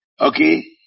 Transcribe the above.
Okay